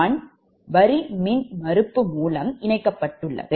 1 வரி மின்மறுப்பு மூலம் இணைக்கப்பட்டுள்ளது